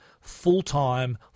full-time